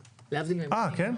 אה, כן?